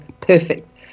perfect